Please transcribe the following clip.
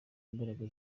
imbaraga